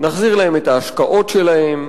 נחזיר להם את ההשקעות שלהם,